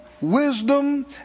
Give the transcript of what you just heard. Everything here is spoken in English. wisdom